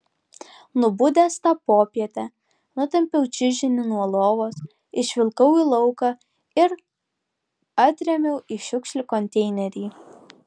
nubudęs tą popietę nutempiau čiužinį nuo lovos išvilkau į lauką ir atrėmiau į šiukšlių konteinerį